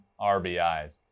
RBIs